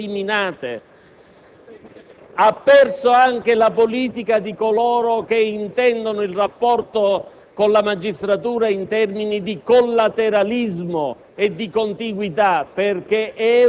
Ha perso la politica del centro-sinistra, ha perso cioè quella politica di una parte del centro-sinistra che mi viene a dire: «Sono d'accordo con te, ma ho dovuto votare